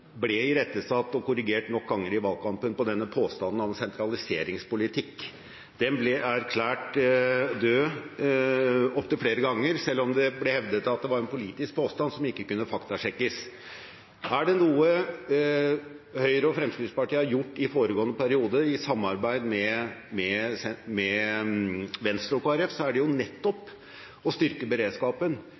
ble irettesatt og korrigert nok ganger i valgkampen på denne påstanden om sentraliseringspolitikk. Den ble erklært død opptil flere ganger, selv om det ble hevdet at det var en politisk påstand som ikke kunne faktasjekkes. Er det noe Høyre og Fremskrittspartiet har gjort i foregående periode, i samarbeid med Venstre og Kristelig Folkeparti, er det nettopp å styrke beredskapen,